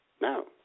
No